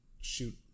shoot